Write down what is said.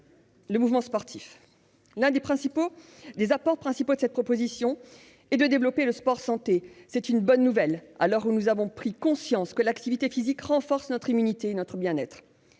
le mouvement sportif. L'un des apports principaux de la proposition de loi est le développement du sport-santé. C'est une bonne nouvelle, à l'heure où nous avons pris conscience que l'activité physique renforce notre immunité et notre bien-être.